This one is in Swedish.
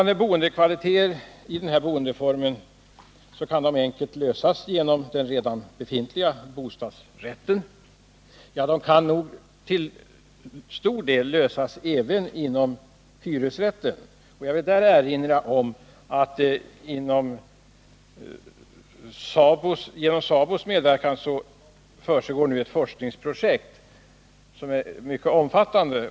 De boendekvaliteter som den här boendeformen skulle ge kan enkelt åstadkommas inom den redan befintliga bostadsrätten. Dessa kvaliteter kan f. ö. till stor del åstadkommas även inom hyresrätten. Jag vill i detta sammanhang erinra om att det med SABO:s medverkan nu pågår ett forskningsarbete som är mycket omfattande.